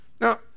Now